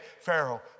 Pharaoh